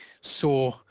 saw